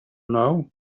know